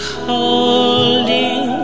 holding